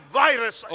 virus